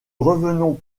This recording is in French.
revenons